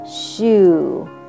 shoe